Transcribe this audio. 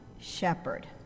shepherd